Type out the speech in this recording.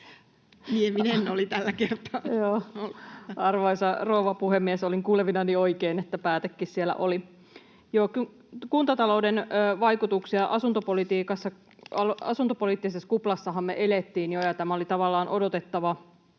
Nieminen oli tällä kertaa. [Mira Nieminen: Olin kuulevinani oikein, että päätekin siellä oli!] Arvoisa rouva puhemies! Joo, kuntatalouden vaikutuksia. Asuntopoliittisessa kuplassahan me elettiin jo, ja tämä oli tavallaan odotettava